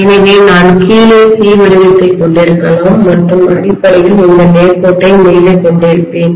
எனவே நான் கீழே C வடிவத்தைக் கொண்டிருக்கலாம் மற்றும் அடிப்படையில் இந்த நேர் கோட்டை மேலே கொண்டிருப்பேன்